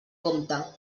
compte